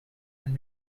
and